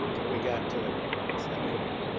till we got to it this afternoon.